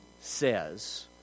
says